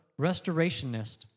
restorationist